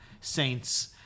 saints